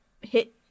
hit